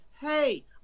Hey